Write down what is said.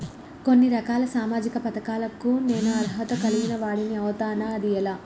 కొన్ని రకాల సామాజిక పథకాలకు నేను అర్హత కలిగిన వాడిని అవుతానా? అది ఎలా?